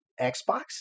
Xbox